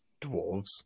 dwarves